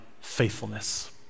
faithfulness